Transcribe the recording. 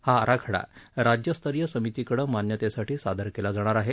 हा आराखडा राज्यस्तरीय समितीकडे मान्यतेसाठी सादर केला जाणार आहे